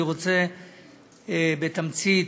אני רוצה לומר בתמצית.